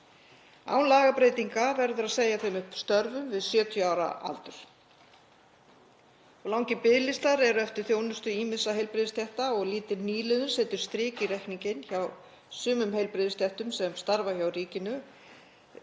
Án lagabreytinga verður að segja þeim upp störfum við 70 ára aldur. Langir biðlistar eru eftir þjónustu ýmissa heilbrigðisstétta og lítil nýliðun setur strik í reikninginn hjá sumum heilbrigðisstéttum sem starfa hjá ríkinu,